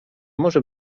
może